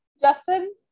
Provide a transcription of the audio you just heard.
Justin